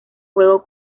juego